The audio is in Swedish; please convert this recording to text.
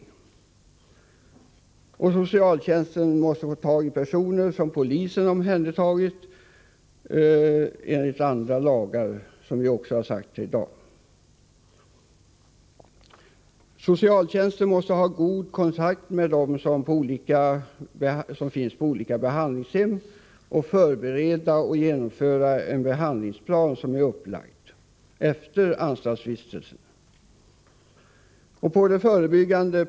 Som också sagts här i dag, måste socialtjänsten ha befattning med personer som polisen omhändertagit enligt andra lagar. Socialtjänsten måste vidare ha god kontakt med dem som finns på olika behandlingshem och förbereda och genomföra den plan som är upplagd för behandlingen efter anstaltsvistelsen.